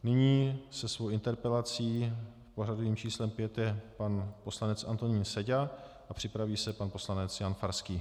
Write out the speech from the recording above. Nyní se svou interpelací s pořadovým číslem pět je pan poslanec Antonín Seďa a připraví se pan poslanec Jan Farský.